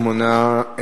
8,